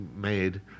made